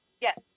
Yes